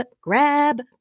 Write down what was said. grab